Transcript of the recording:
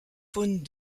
faune